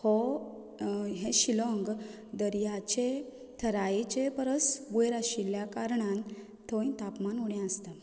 हो हें शिलाँग दर्याचे थराचयेचे परस वयर आशिल्ल्या कारणान थंय तापमान उणें आसता